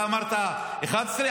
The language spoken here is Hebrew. אתה אמרת 11?